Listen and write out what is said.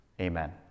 Amen